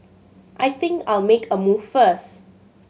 I think I'll make a move first